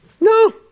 No